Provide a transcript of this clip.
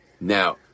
Now